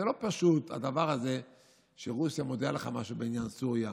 לא פשוט הדבר הזה שרוסיה מודיעה לך משהו בעניין סוריה